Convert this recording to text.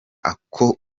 ako